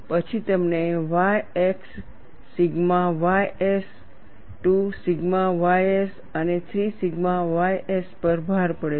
પછી તમને y અક્ષ સિગ્મા ys 2 સિગ્મા ys અને 3 સિગ્મા ys પર ભાર પડે છે